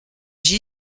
j’y